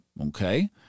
okay